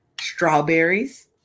strawberries